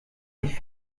nicht